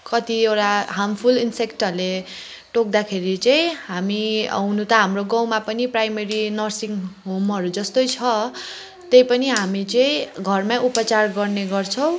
कतिवटा हार्मफुल इन्सेक्टहरूले टोक्दाखेरि चाहिँ हामी हुनु त हाम्रो गाउँमा पनि प्राइमेरी नर्सिङ होमहरू जस्तै छ तैपनि हामी चाहिँ घरमै उपचार गर्ने गर्छौँ